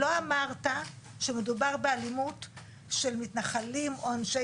לא אמרת שמדובר באלימות של מתנחלים או אנשי